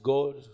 God